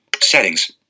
settings